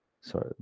Sorry